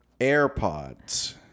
AirPods